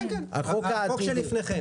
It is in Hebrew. כן, החוק שלפניכם.